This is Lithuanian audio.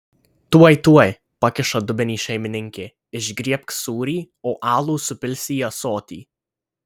tuoj tuoj pakiša dubenį šeimininkė išgriebk sūrį o alų supilsi į ąsotį